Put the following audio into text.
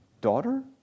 daughter